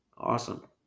Awesome